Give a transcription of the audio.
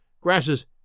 grasses